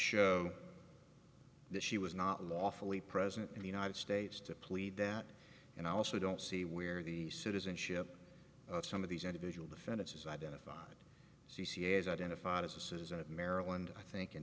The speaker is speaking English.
show that she was not lawfully present in the united states to plead that and i also don't see where the citizenship of some of these individual defendants is identified c c s identified as a citizen of maryland i think in